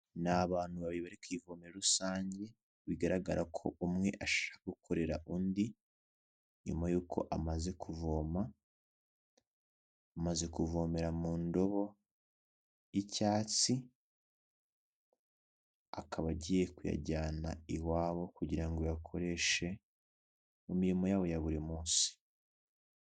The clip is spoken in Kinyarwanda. Ni abantu babiri bari ku ivomero rusange, bigaragara ko umwe ashaka gukorera undi nyuma y'uko amaze kuvoma, amaze kuvomera mu ndobo y'icyatsi, akaba agiye kuyajyana iwabo kugira ngo ayakoreshe mu mirimo yabo ya buri munsi.